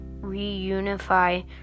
reunify